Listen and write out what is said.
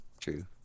True